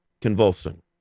convulsing